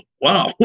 wow